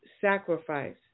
sacrifice